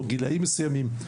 או גילאים מסוימים,